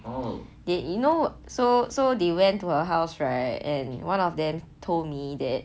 oh you know so so they went to her house right and one of them told me that